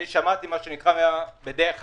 שמעתי בדרך אגב,